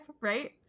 right